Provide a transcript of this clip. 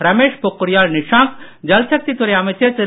ரமேஷ் பொக்ரியால் நிஷாங்க் ஜல்சக்தித் துறை அமைச்சர் திரு